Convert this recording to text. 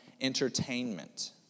entertainment